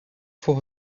for